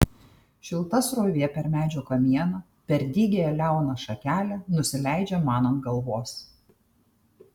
šilta srovė per medžio kamieną per dygiąją liauną šakelę nusileidžia man ant galvos